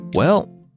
Well